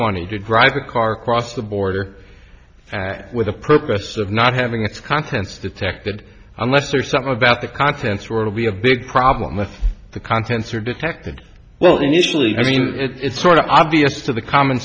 money to drive a car cross the border with a purpose of not having its contents detected unless or something about the contents were to be a big problem with the contents are detected well initially i mean it's sort of obvious to the common